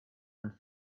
and